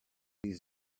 please